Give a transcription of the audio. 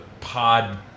pod